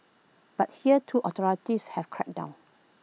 but here too authorities have cracked down